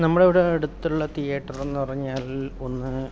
നമ്മുടെ ഇവിടെ അടുത്തുള്ള തിയേറ്ററെന്നു പറഞ്ഞാൽ ഒന്ന്